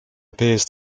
appears